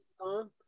on